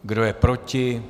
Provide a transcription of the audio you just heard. Kdo je proti?